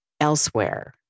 elsewhere